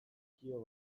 dizkio